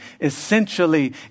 essentially